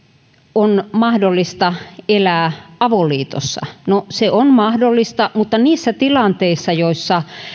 on mahdollista elää avoliitossa no se on mahdollista mutta niissä tilanteissa joissa